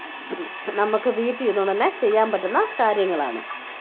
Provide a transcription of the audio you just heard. നമുക്ക് വീട്ടിൽ ഇരുന്നൊണ്ട് തന്നെ ചെയ്യാൻ പറ്റുന്ന കാര്യങ്ങളാണ്